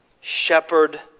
shepherd